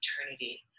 eternity